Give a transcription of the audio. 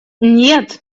нет